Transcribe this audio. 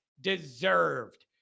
deserved